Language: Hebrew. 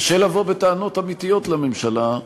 קשה לבוא בטענות אמיתיות לממשלה,